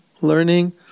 learning